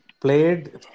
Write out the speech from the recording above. played